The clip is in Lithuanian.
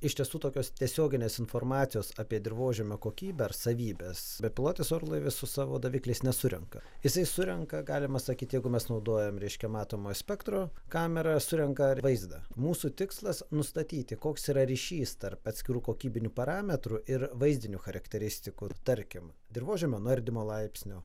iš tiesų tokios tiesioginės informacijos apie dirvožemio kokybę ar savybes bepilotis orlaivis su savo davikliais nesurenka jisai surenka galima sakyti jeigu mes naudojam reiškia matomą spektro kamera surenka vaizdą mūsų tikslas nustatyti koks yra ryšys tarp atskirų kokybinių parametrų ir vaizdinių charakteristikų tarkim dirvožemio nuardymo laipsnio